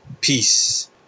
Peace